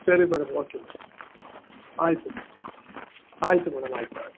ಸರಿ madam okay madam ಆಯಿತು ಆಯಿತು ಮೇಡಮ್ ಆಯಿತು ಆಯಿತು